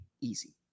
easy